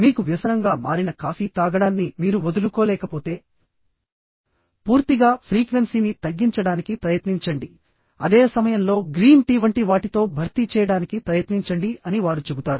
మీకు వ్యసనంగా మారిన కాఫీ తాగడాన్ని మీరు వదులుకోలేకపోతే పూర్తిగా ఫ్రీక్వెన్సీని తగ్గించడానికి ప్రయత్నించండి అదే సమయంలో గ్రీన్ టీ వంటి వాటితో భర్తీ చేయడానికి ప్రయత్నించండి అని వారు చెబుతారు